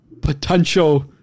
Potential